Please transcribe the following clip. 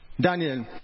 daniel